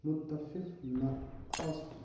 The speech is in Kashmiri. مُتَفِف نہٕ آسُن